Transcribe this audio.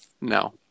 no